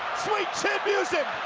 sweet chin music